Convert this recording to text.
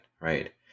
Right